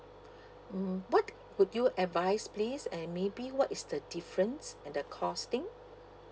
hmm what would you advice please and maybe what is the difference and the cost thing